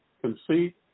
conceit